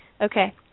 Okay